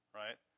right